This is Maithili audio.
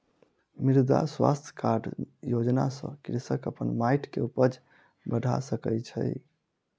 मृदा स्वास्थ्य कार्ड योजना सॅ कृषक अपन माइट के उपज बढ़ा सकै छै